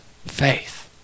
Faith